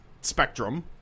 Spectrum